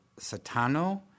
Satano